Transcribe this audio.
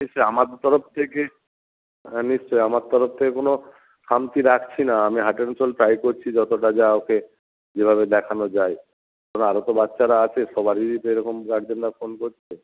নিশ্চই আমার তরফ থেকে হ্যাঁ নিশ্চই আমার তরফ থেকে কোনো খামতি রাখছি না আমি হার্ড অ্যান্ড সোল ট্রাই করছি যতোটা যা ওকে যেভাবে দেখানো যায় কারণ আরও তো বাচ্চারা আছে সবারই তো এরকম গার্জেনরা ফোন করছে